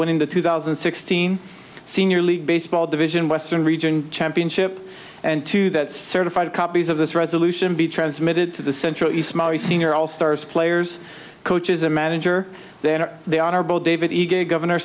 winning the two thousand and sixteen senior league baseball division western region championship and to that certified copies of this resolution be transmitted to the central is maori senior all stars players coaches a manager then are they honorable david a good governor